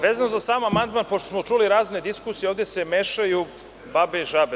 Vezano za sam amandman, pošto smo čuli razne diskusije, ovde se mešaju babe i žabe.